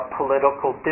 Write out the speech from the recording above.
political